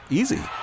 easy